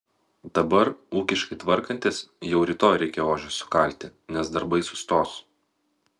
dabar ūkiškai tvarkantis jau rytoj reikia ožius sukalti nes darbai sustos